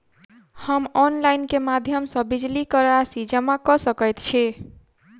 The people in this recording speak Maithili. हम ऑनलाइन केँ माध्यम सँ बिजली कऽ राशि जमा कऽ सकैत छी?